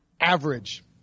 Average